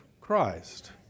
Christ